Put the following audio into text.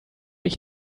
ich